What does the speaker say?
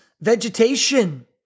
vegetation